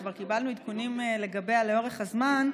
שכבר קיבלנו עדכונים לגביה לאורך הזמן,